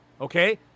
okay